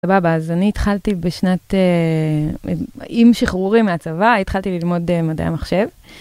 סבבה, אז אני התחלתי בשנת...אה.מ.. עם שחרורי מהצבא, התחלתי ללמוד מדעי המחשב.